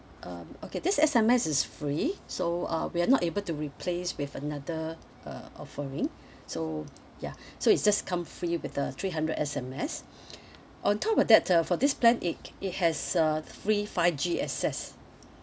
um okay this S_M_S is free so uh we are not able to replace with another uh offering so ya so it just come free with the three hundred S_M_S on top of that uh for this plan it it has a free five G access